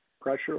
pressure